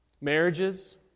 marriages